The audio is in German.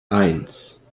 eins